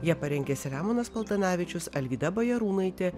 ją parengė selemonas paltanavičius alvyda bajarūnaitė